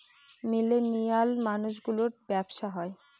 millennial মানুষ গুলোর ব্যাবসা হয়